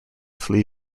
flee